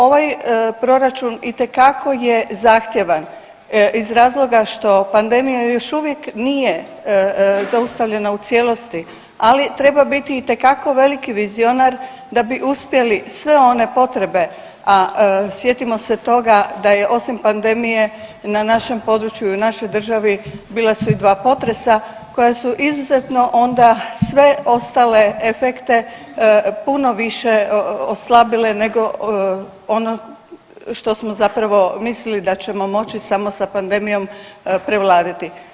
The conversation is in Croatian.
Ovaj proračun itekako je zahtjevan iz razloga što pandemija još uvijek nije zaustavljena u cijelosti, ali treba biti itekako veliki vizionar da bi uspjeli sve one potrebe, a sjetimo se toga da je osim pandemije na našem području i u našoj državi bila su i dva potresa koja su izuzetno onda sve ostale efekte puno više oslabile nego ono što smo zapravo mislili da ćemo moći samo sa pandemijom prevladati.